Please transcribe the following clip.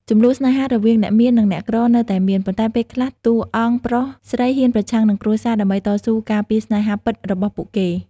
ជម្លោះស្នេហារវាងអ្នកមាននិងអ្នកក្រនៅតែមាន ប៉ុន្តែពេលខ្លះ តួអង្គប្រុសស្រីហ៊ានប្រឆាំងនឹងគ្រួសារដើម្បីតស៊ូការពារស្នេហាពិតរបស់ពួកគេ។